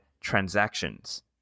transactions